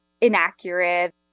inaccurate